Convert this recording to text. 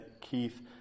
keith